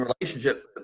relationship